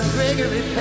Gregory